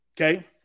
Okay